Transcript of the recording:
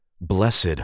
Blessed